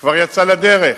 כבר יצאה לדרך,